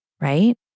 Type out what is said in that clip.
right